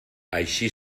així